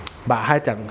but 他讲